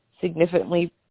significantly